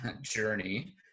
journey